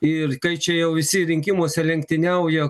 ir kai čia jau visi rinkimuose lenktyniauja